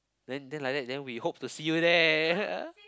then then like that then we hope to see you there